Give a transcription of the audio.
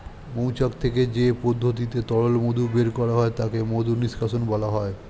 মৌচাক থেকে যে পদ্ধতিতে তরল মধু বের করা হয় তাকে মধু নিষ্কাশণ বলা হয়